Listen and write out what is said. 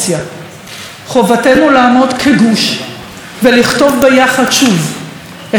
חובתנו לעמוד כגוש ולכתוב ביחד שוב את ה-Waze הלאומי.